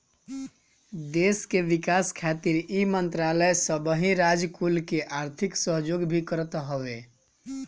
देस के विकास खातिर इ मंत्रालय सबही राज कुल के आर्थिक सहयोग भी करत हवे